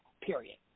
period